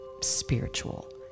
spiritual